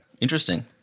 Interesting